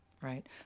Right